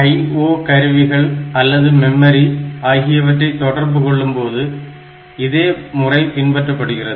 IO கருவிகள் அல்லது memory ஆகியவற்றை தொடர்பு கொள்ளும்போதும் இதே முறை பின்பற்றப்படுகிறது